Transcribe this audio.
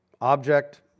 object